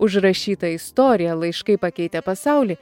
užrašyta istorija laiškai pakeitė pasaulį